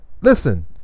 Listen